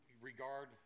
regard